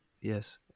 Yes